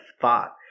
thought